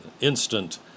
instant